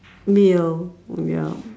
meal ya